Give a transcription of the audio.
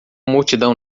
multidão